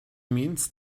means